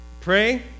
pray